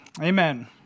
Amen